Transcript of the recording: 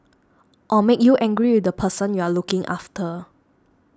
or make you angry with the person you're looking after